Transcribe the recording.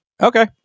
Okay